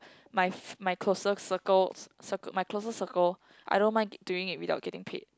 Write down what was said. my f~ my closer circle my closer circle I don't mind doing it without getting paid